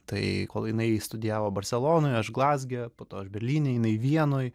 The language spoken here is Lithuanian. tai kol jinai studijavo barselonoj aš glazge po to aš berlyne jinai vienoj